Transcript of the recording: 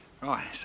right